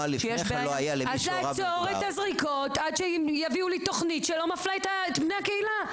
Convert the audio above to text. אז לעצור את הזריקות עד שיתנו לי תוכנית שלא מפלה את בני הקהילה,